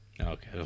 Okay